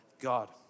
God